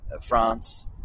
France